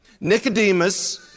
Nicodemus